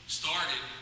started